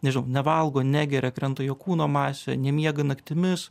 nežinau nevalgo negeria krenta jo kūno masė nemiega naktimis